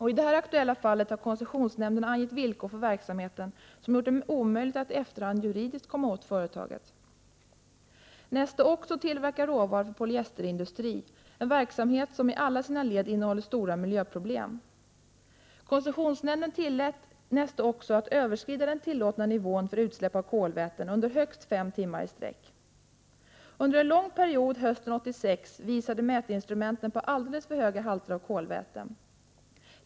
I det aktuella fallet har koncessionsnämnden angett villkor för verksamheten som gjort det omöjligt att i efterhand juridiskt komma åt företaget. Neste Oxo tillverkar råvaror för polyesterindustrin, en verksamhet som i alla sina led innebär stora miljöproblem. Koncessionsnämnden tillät Neste Oxo att överskrida den tillåtna nivån för utsläpp av kolväten under högst fem timmar i sträck. Under en lång period hösten 1986 visade mätinstrumenten på alldeles för höga halter av kolväten.